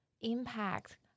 impact